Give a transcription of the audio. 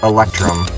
Electrum